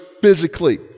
physically